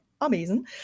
amazing